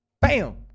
Bam